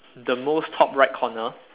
the most top right corner